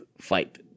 fight